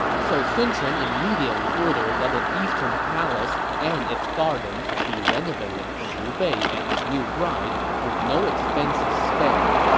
so sun quan immediately ordered that the eastern palace and its garden be renovated for liu bei and his new bride, with no expenses spared.